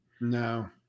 No